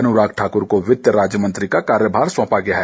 अनुराग ठाकुर को वित्त राज्य मंत्री का कार्यभार सौंपा गया है